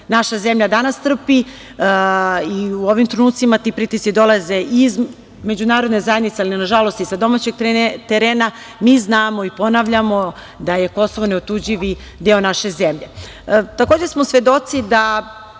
naša zemlja danas trpi i u ovim trenucima ti pritisci dolaze iz međunarodne zajednice, ali nažalost i sa domaćeg terena mi znamo i ponavljamo da je Kosovo neotuđivi deo naše zemlje. Takođe